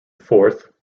fourth